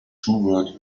toward